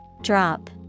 drop